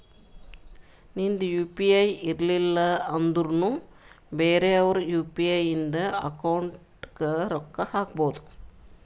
ನಿಂದ್ U P I ಇರ್ಲಿಲ್ಲ ಅಂದುರ್ನು ಬೇರೆ ಅವ್ರದ್ ಯು.ಪಿ.ಐ ಇಂದ ಅಕೌಂಟ್ಗ್ ರೊಕ್ಕಾ ಹಾಕ್ಬೋದು